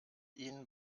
ihnen